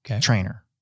trainer